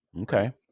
Okay